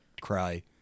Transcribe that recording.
cry